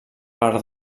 per